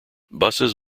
buses